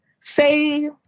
say